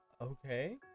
Okay